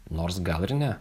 nors gal ir ne